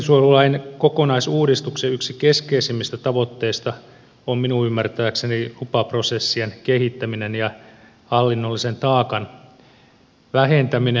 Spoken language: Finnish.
ympäristönsuojelulain kokonaisuudistuksen yksi keskeisimmistä tavoitteista on minun ymmärtääkseni lupaprosessien kehittäminen ja hallinnollisen taakan vähentäminen